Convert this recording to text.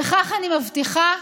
וכך, אני מבטיחה,